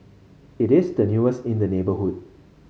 it is the newest in the neighbourhood